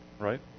Right